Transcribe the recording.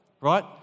right